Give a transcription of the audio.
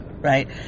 right